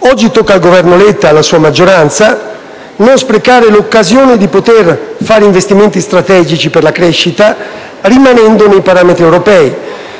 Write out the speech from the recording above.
oggi tocca al Governo Letta e alla sua maggioranza non sprecare l'occasione di poter fare investimenti strategici per la crescita, rimanendo nei parametri europei.